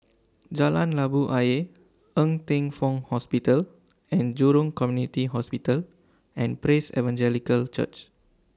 Jalan Labu Ayer Ng Teng Fong Hospital and Jurong Community Hospital and Praise Evangelical Church